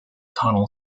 tunnel